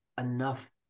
enough